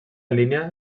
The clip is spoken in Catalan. línia